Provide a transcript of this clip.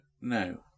no